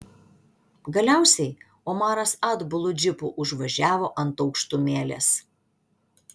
galiausiai omaras atbulu džipu užvažiavo ant aukštumėlės